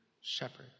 shepherd